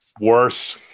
Worse